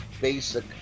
basic